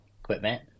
equipment